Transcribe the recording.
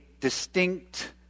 distinct